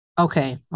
Okay